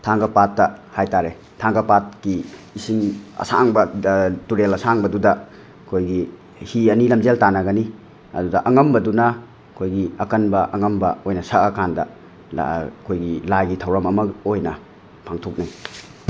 ꯊꯥꯡꯒ ꯄꯥꯠꯇ ꯍꯥꯏꯇꯥꯔꯦ ꯊꯥꯡꯒ ꯄꯥꯠꯀꯤ ꯏꯁꯤꯡ ꯑꯁꯥꯡꯕ ꯇꯨꯔꯦꯜ ꯑꯁꯥꯡꯕꯗꯨꯗ ꯑꯩꯈꯣꯏꯒꯤ ꯍꯤ ꯑꯅꯤ ꯂꯝꯖꯦꯜ ꯇꯥꯟꯅꯒꯅꯤ ꯑꯗꯨꯗ ꯑꯉꯝꯕꯗꯨꯅ ꯑꯩꯈꯣꯏꯒꯤ ꯑꯀꯟꯕ ꯑꯉꯝꯕ ꯑꯣꯏꯅ ꯁꯛꯑ ꯀꯥꯟꯗ ꯑꯩꯈꯣꯏꯒꯤ ꯂꯥꯏꯒꯤ ꯊꯧꯔꯝ ꯑꯃ ꯑꯣꯏꯅ ꯄꯥꯡꯊꯣꯛꯅꯩ